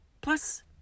Plus